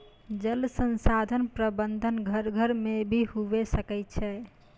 जल संसाधन प्रबंधन घर घर मे भी हुवै सकै छै